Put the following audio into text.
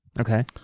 Okay